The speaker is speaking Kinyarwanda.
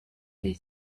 iyi